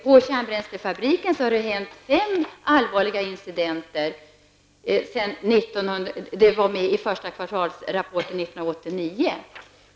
På kärnbränslefabriken har det hänt fem allvarliga incidenter. Det kunde man läsa i kvartalsrapporten för första kvartalet 1989.